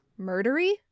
murdery